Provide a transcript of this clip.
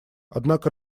однако